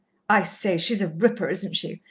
i say, she's a ripper, isn't she?